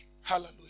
Hallelujah